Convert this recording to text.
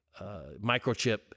microchip